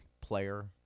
player